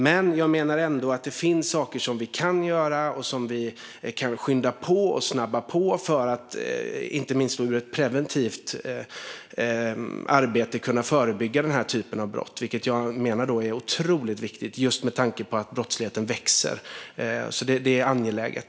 Men jag menar ändå att det finns saker som vi kan göra och som vi kan skynda på. Det handlar inte minst om ett preventivt arbete - att kunna förebygga denna typ av brott. Jag menar att det är otroligt viktigt just med tanke på att brottsligheten växer. Det är angeläget.